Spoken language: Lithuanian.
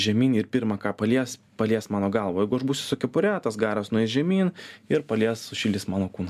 žemyn ir pirma ką palies palies mano galvą jeigu aš būsiu su kepure tas garas nueis žemyn ir palies sušildys mano kūną